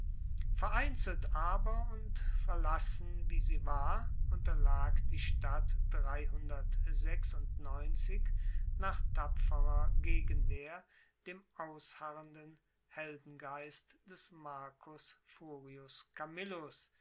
vereinzelt aber und verlassen wie sie war unterlag die stadt nach tapferer gegenwehr dem ausharrenden heldengeist des marcus furius camillus